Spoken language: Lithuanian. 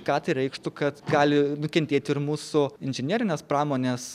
ką tai reikštų kad gali nukentėti ir mūsų inžinerinės pramonės